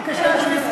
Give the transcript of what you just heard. בבקשה, אדוני.